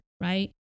right